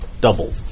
double